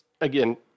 again